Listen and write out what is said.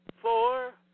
four